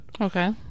Okay